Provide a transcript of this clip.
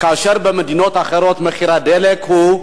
כאשר במדינות אחרות מחיר הדלק הוא,